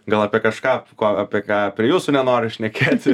gal apie kažką ko apie ką prie jūsų nenoriu šnekėti